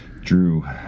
drew